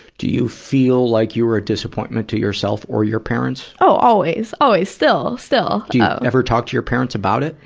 do you feel like you're a disappointment to yourself or your parents? oh, always, always. still. do you know ever talk to your parents about it?